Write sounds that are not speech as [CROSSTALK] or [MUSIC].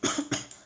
[COUGHS]